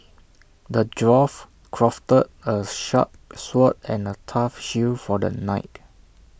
the dwarf crafted A sharp sword and A tough shield for the knight